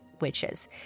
witches